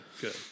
good